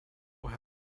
had